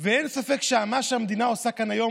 ואין ספק שמה שהמדינה עושה כאן היום